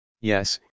Yes